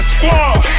Squad